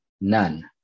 none